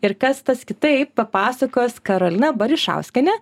ir kas tas kitaip papasakos karolina barišauskienė